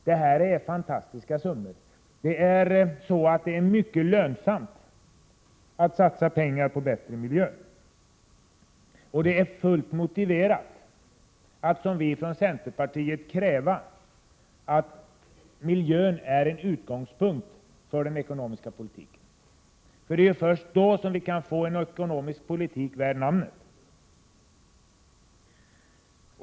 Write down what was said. Detta är fantastiska summor! Det är således mycket lönsamt att satsa pengar på bättre miljö. Och det är fullt motiverat att som vi från centerpartiet kräva att miljön är en utgångspunkt för den ekonomiska politiken. Det är ju först då vi kan få en ekonomisk politik värd namnet.